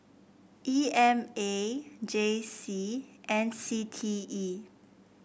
E M A J C and C T E